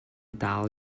dal